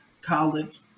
College